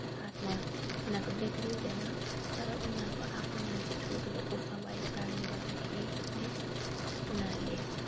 हातमा उनीहरूको डिग्री हुँदैन तर उनीहरूको आफ्ना मान्छे ठुलो ठुलो पोस्टमा भएको कारणले गर्दाखेरि है उनीहरूले